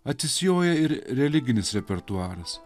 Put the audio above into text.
atsisijoja ir religinis repertuaras